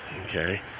okay